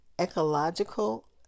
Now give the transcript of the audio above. ecological